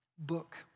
Book